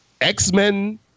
X-Men